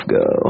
go